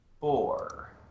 Four